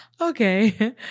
Okay